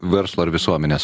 verslo ir visuomenės